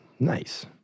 Nice